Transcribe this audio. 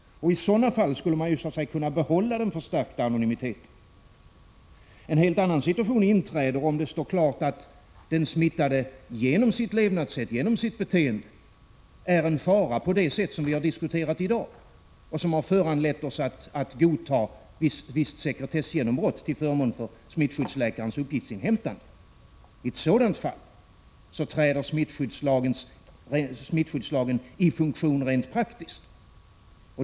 I sådana fall skulle vi kunna behålla den förstärkta anonymiteten. En helt annan situation inträder om det står klart att den smittade genom sitt levnadssätt och beteende är en fara på det sätt som vi har diskuterat i dag, vilket har föranlett oss att godta ett visst sekretessgenombrott till förmån för smittskyddsläkarens uppgiftsinhämtande. I ett sådant fall träder smittskyddslagen i funktion rent praktiskt.